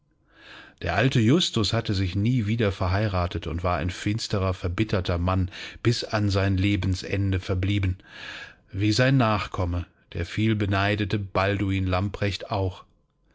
der alte justus hatte sich nie wieder verheiratet und war ein finsterer verbitterter mann bis an sein lebensende verblieben wie sein nachkomme der vielbeneidete balduin lamprecht auch